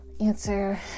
answer